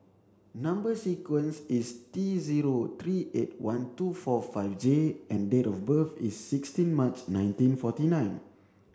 number sequence is T zero three eight one two four five J and date of birth is sixteen March nineteen forty nine